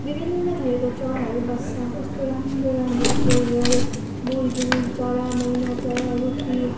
विभिन्न थरीको चराहरू बस्छ कस्तो राम्रो राम्रो कोयल बुलबुल चरा मैना चरा रुप्पी